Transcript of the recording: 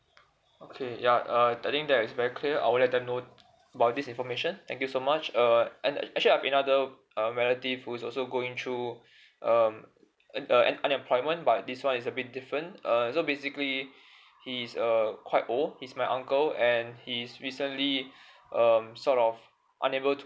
okay ya uh I think that is very clear I will let them know about this information thank you so much uh and actually I've another um relative who is also going through um and uh and unemployment but this one is a bit different uh so basically he is a quite old he's my uncle and he's recently um sort of unable to